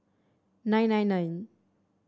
nine nine nine